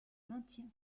maintient